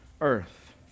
earth